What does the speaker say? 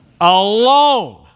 alone